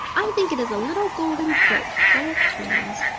i think it is a little golden boat full of dreams.